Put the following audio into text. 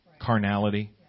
carnality